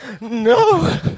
no